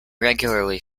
regularly